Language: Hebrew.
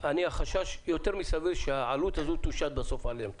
והחשש הוא יותר מסביר שהעלות הזו תושת בסוף עליהם.